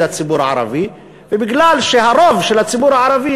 הציבור הערבי ובגלל שהרוב של הציבור הערבי,